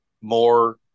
more